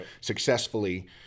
successfully